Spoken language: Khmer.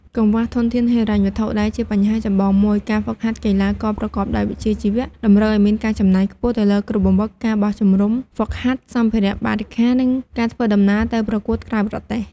កង្វះធនធានហិរញ្ញវត្ថុ ដែលជាបញ្ហាចម្បងមួយ ការហ្វឹកហាត់កីឡាករប្រកបដោយវិជ្ជាជីវៈ តម្រូវឱ្យមានការចំណាយខ្ពស់ទៅលើគ្រូបង្វឹក ការបោះជំរុំហ្វឹកហាត់ សម្ភារៈបរិក្ខារ និងការធ្វើដំណើរទៅប្រកួតក្រៅប្រទេស។